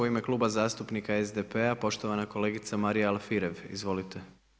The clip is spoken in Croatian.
U ime Kluba zastupnika SDP-a, poštovana kolegica Marija Alfirev, izvolite.